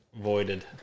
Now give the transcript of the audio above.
Voided